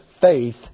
faith